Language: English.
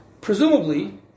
Presumably